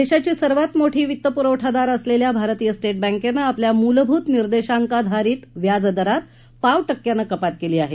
देशाची सर्वात मोठी वित्तपुरवठादार असलेल्या भारतीय स्टेट बँकेनं आपल्या मुलभूत निर्देशांकाधारित व्याजदारात पाव टक्क्यानं कपात केली आहे